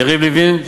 יריב לוין,